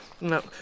No